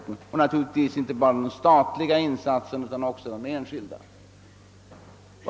Det gäller naturligtvis inte bara de statliga insatserna utan också de enskilda.